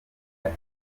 ati